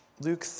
Luke